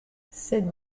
cette